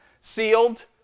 sealed